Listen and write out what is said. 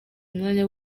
umwanya